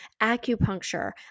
acupuncture